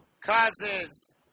causes